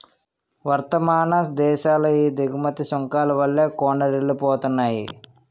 వర్థమాన దేశాలు ఈ దిగుమతి సుంకాల వల్లే కూనారిల్లిపోతున్నాయి